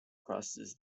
crosses